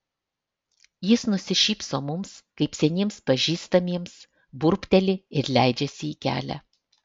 jis nusišypso mums kaip seniems pažįstamiems burbteli ir leidžiasi į kelią